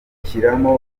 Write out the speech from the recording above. shyiramo